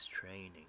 training